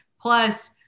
Plus